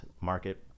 market